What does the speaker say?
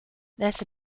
this